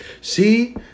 See